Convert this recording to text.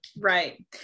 Right